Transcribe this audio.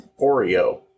Oreo